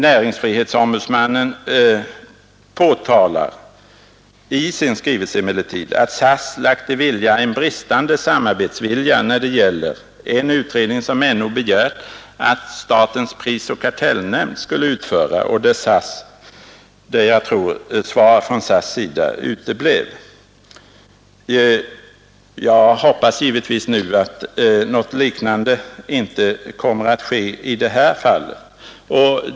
Näringsfrihetsombudsmannen påtalar att SAS lagt i dagen en bristande samarbetsvilja när det gäller en utredning som NO begärt att statens prisoch kartellnämnd skulle utföra. Där tror jag att svar från SAS:s sida uteblev. Jag hoppas givetvis att något liknande inte kommer att ske i det här fallet.